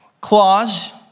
Clause